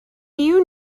you